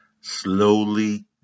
slowly